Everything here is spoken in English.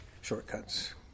shortcuts